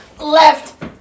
Left